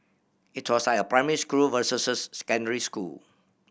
it was like primary school versus secondary school